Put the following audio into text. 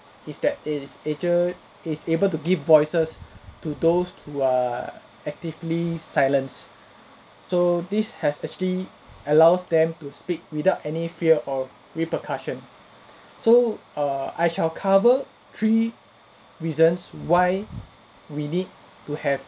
is that it is actual is able to give voices to those who are actively silenced so this has actually allows them to speak without any fear of repercussion so err I shall cover three reasons why we need to have